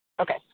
Okay